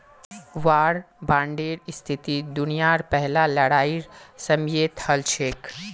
वार बांडेर स्थिति दुनियार पहला लड़ाईर समयेत हल छेक